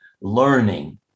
learning